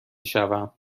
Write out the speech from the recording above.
شوم